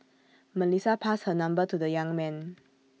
Melissa passed her number to the young man